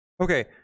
Okay